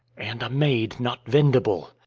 and a maid not vendible.